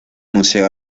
museo